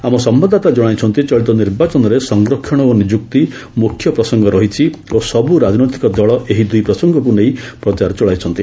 ଆମ ସମ୍ଭାଦଦାତା ଜଣାଇଛନ୍ତି ଚଳିତ ନିର୍ବାଚନରେ ସଂରକ୍ଷଣ ଓ ନିଯୁକ୍ତି ମୁଖ୍ୟ ପ୍ରସଙ୍ଗ ରହିଛି ଓ ସବୁ ରାଜନୈତିକ ଦଳ ଏହି ଦୁଇ ପ୍ରସଙ୍ଗକୁ ନେଇ ପ୍ରଚାର ଚଳାଇଛନ୍ତି